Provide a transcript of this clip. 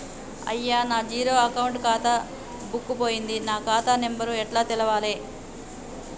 అయ్యా నా zero account ఖాతా బుక్కు పోయింది నా ఖాతా నెంబరు ఎట్ల తెలవాలే?